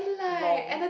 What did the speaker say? long